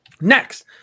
Next